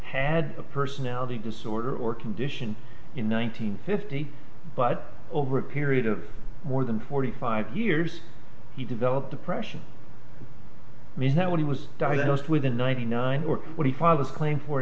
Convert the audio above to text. had a personality disorder or condition in one nine hundred fifty but over a period of more than forty five years he developed depression mean that when he was diagnosed with a ninety nine or forty five his claim for